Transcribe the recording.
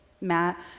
Matt